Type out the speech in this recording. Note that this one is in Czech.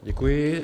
Děkuji.